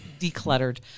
decluttered